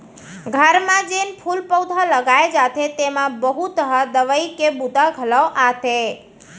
घर म जेन फूल पउधा लगाए जाथे तेमा बहुत ह दवई के बूता घलौ आथे